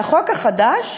והחוק החדש